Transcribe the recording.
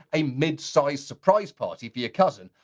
a mid-sized surprise party for your cousin,